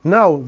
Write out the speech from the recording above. Now